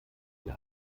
wir